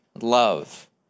love